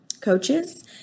coaches